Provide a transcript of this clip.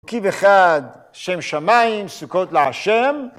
קיב אחד, שם שמיים, סוכות להשם.